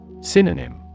Synonym